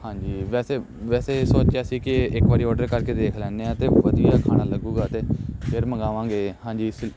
ਹਾਂਜੀ ਵੈਸੇ ਵੈਸੇ ਸੋਚਿਆ ਸੀ ਕਿ ਇੱਕ ਵਾਰੀ ਔਡਰ ਕਰਕੇ ਦੇਖ ਲੈਂਦੇ ਹਾਂ ਅਤੇ ਵਧੀਆ ਖਾਣਾ ਲੱਗੂਗਾ ਅਤੇ ਫਿਰ ਮੰਗਾਵਾਂਗੇ ਹਾਂਜੀ ਅਸੀਂ